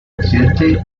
occidente